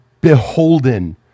beholden